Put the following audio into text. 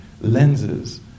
lenses